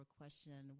question